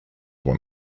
one